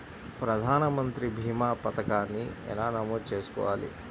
ప్రధాన మంత్రి భీమా పతకాన్ని ఎలా నమోదు చేసుకోవాలి?